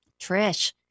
Trish